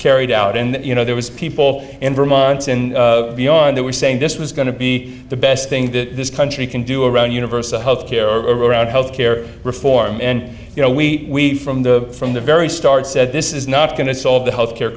carried out and you know there was people in vermont in beyond that were saying this was going to be the best thing that this country can do a run universal health care around health care reform and you know we from the from very start said this is not going to solve the health care